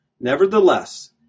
Nevertheless